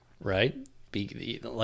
right